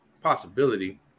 Possibility